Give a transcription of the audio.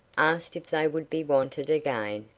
asked if they would be wanted again,